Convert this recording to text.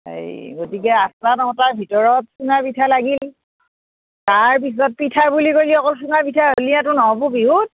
সেই গতিকে আঠটা নটাৰ ভিতৰত চুঙা পিঠা লাগিল তাৰ পিছত পিঠা বুলি ক'লে অকল চুঙা পিঠা হ'লেইতো ন'হব বিহুত